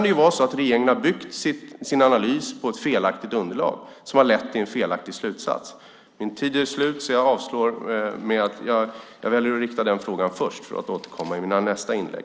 Då kan regeringen ha byggt sin analys på ett felaktigt underlag som har lett till en felaktig slutsats. Eftersom min talartid är slut börjar jag med detta och återkommer med fler frågor i nästa inlägg.